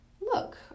look